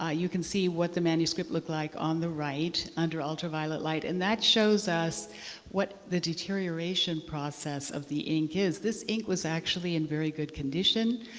ah you can see what the manuscript looked like on the right under ultraviolet light. and that shows us what the deterioration process of the ink is. this ink was actually in very good condition.